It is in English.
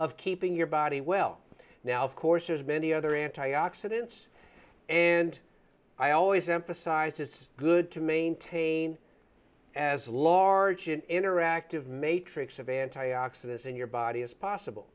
of keeping your body well now of course has many other anti oxidants and i always emphasize it's good to maintain as large an interactive matrix of anti oxidants in your body as possible